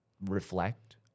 reflect